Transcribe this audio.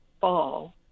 fall